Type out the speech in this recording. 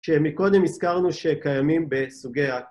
שמקודם הזכרנו שקיימים בסוגי ה...